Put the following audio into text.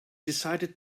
decided